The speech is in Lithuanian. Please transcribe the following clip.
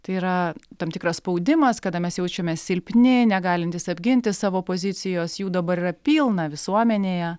tai yra tam tikras spaudimas kada mes jaučiamės silpni negalintys apginti savo pozicijos jų dabar yra pilna visuomenėje